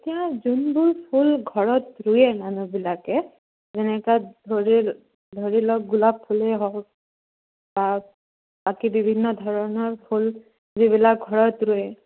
এতিয়া যোনবোৰ ফুল ঘৰত ৰুৱে মানুহবিলাকে যেনেকৈ ধৰি ধৰি লওক গোলাপ ফুলেই হওক বা বাকী বিভিন্ন ধৰণৰ ফুল যিবিলাক ঘৰত ৰুৱে